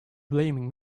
blaming